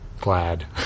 glad